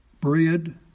bread